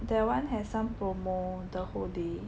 that one has some promo the whole day